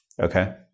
Okay